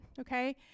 okay